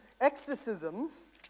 exorcisms